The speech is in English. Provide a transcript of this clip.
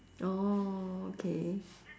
orh okay